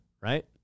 Right